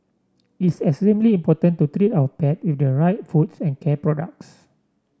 it's extremely important to treat our pet with the right foods and care products